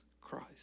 Christ